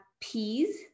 peas